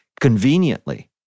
conveniently